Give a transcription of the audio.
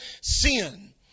sin